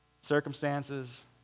Circumstances